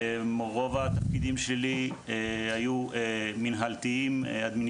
רוב התפקידים שלי היו מינהלתיים-אדמיניסטרטיביים,